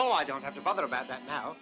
all i don't have to bother about that now